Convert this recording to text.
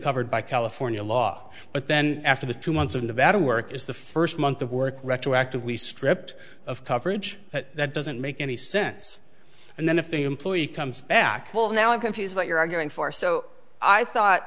covered by california law but then after the two months of nevada work is the first month of work retroactively stripped of coverage that doesn't make any sense and then if the employee comes back well now i'm confused what you're arguing for so i thought